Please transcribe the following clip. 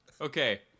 Okay